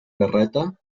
garreta